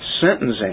sentencing